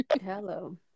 hello